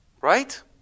Right